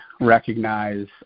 recognize